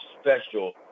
special